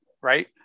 right